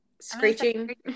screeching